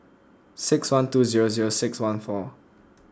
six one two zero zero six one four